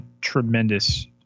tremendous